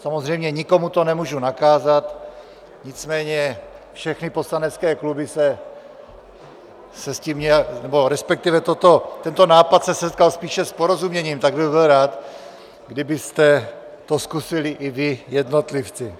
Samozřejmě nikomu to nemůžu nakázat, nicméně všechny poslanecké kluby se s tím nějak... nebo respektive tento nápad se setkal spíše s porozuměním, tak bych byl rád, kdybyste to zkusili i vy jednotlivci.